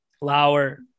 Lauer